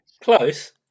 Close